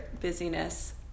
busyness